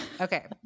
Okay